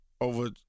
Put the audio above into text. over